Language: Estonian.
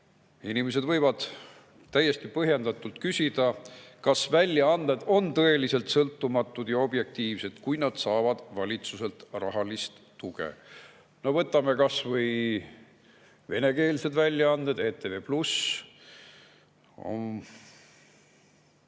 Inimesed võivad täiesti põhjendatult küsida, kas väljaanded on tõeliselt sõltumatud ja objektiivsed, kui nad saavad valitsuselt rahalist tuge. Võtame kas või venekeelsed väljaanded. ETV+